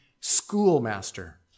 schoolmaster